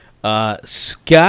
Scott